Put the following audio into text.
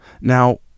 Now